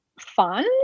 fun